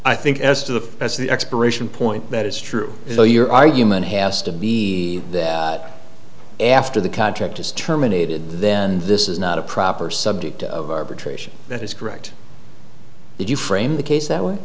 the expiration point that is true so your argument has to be that after the contract is terminated then this is not a proper subject of arbitration that is correct if you frame the case that way